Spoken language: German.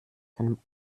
seinem